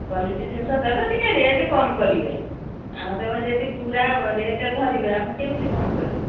quality ଜିନିଷ ଦେବେ ଟିକେ ରେଟ୍ କମ୍ କରିବେ ଆଉ ତମେ ଯଦି ପୁରା ରେଟ୍ ଧରିବେ ଆମେ କେମିତି କ'ଣ କରିବୁ